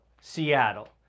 Seattle